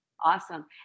Awesome